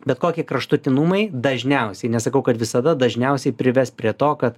bet kokie kraštutinumai dažniausiai nesakau kad visada dažniausiai prives prie to kad